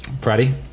Freddie